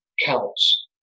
counts